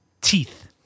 teeth